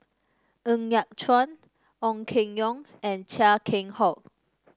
Ng Yat Chuan Ong Keng Yong and Chia Keng Hock